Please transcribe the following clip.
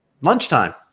lunchtime